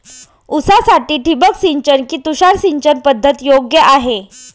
ऊसासाठी ठिबक सिंचन कि तुषार सिंचन पद्धत योग्य आहे?